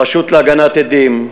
הרשות להגנת עדים,